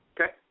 Okay